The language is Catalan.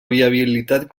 viabilitat